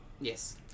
Yes